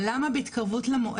אבל למה בהתקרבות למועד?